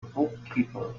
bookkeeper